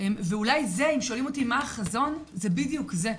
ואולי זה, אם שואלים אותי מה החזון, זה בדיוק זה.